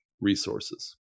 resources